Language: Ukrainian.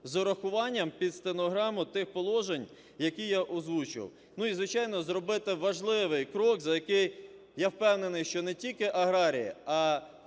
з врахуванням, під стенограму, тих положень, які я озвучив. І, звичайно, зробити важливий крок, за який, я впевнений, що не тільки аграрії, а